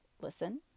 listen